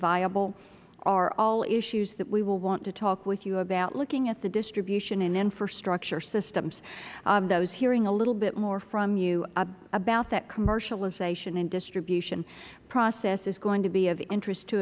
viable are all issues that we will want to talk with you about looking at the distribution and infrastructure systems of those hearing a little bit more from you about that commercialization and distribution process is going to be of interest to